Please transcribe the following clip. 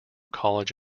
college